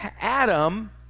Adam